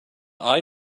eye